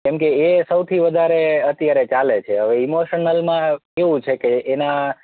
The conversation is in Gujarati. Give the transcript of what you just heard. કેમકે એ સૌથી વધારે અત્યારે ચાલે છે અવે ઈમોશનલમાં કેવું છે હવે એના